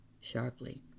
sharply